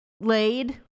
laid